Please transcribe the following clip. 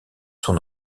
son